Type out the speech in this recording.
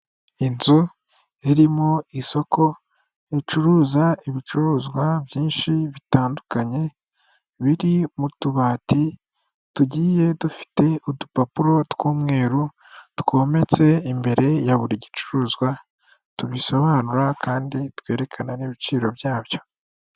Inzu irimo isoko ricuruza ibicuruzwa byinshi bitandukanye, biri mu tubati tugiye dufite udupapuro tw'umweru twometse imbere ya buri gicuruzwa tubisobanura kandi twerekana n'ibiciro byabyo.